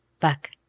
back